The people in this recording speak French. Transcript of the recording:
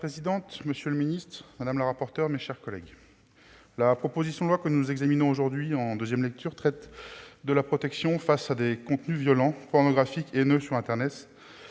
Madame la présidente, monsieur le secrétaire d'État, mes chers collègues, la proposition de loi que nous examinons aujourd'hui en deuxième lecture traite de la protection des enfants face à des contenus violents, pornographiques et haineux sur internet,